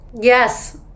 Yes